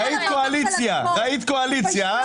ראית קואליציה.